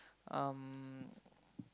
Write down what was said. um